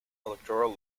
electoral